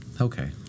Okay